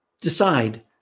Decide